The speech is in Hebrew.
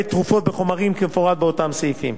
תרופות וחומרים כמפורט באותם סעיפים.